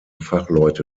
fachleute